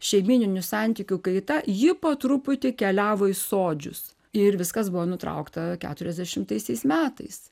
šeimyninių santykių kaita ji po truputį keliavo į sodžius ir viskas buvo nutraukta keturiasdešimtaisiais metais